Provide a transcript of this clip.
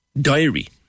diary